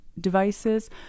devices